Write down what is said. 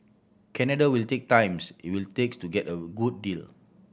Canada will take times it will takes to get a good deal